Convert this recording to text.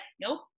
nope